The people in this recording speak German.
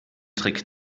trick